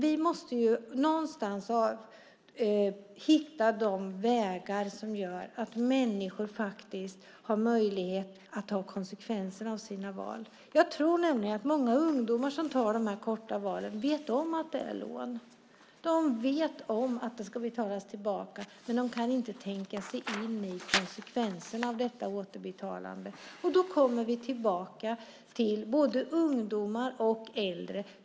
Vi måste någonstans hitta de vägar som gör att människor har möjlighet att ta konsekvenserna av sina val. Jag tror nämligen att många ungdomar som gör de här valen på kort tid vet om att det är lån. De vet om att det ska betalas tillbaka, men de kan inte tänka sig in i konsekvenserna av detta återbetalande. Vi kommer då tillbaka till både ungdomar och äldre.